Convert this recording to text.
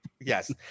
Yes